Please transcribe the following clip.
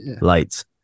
lights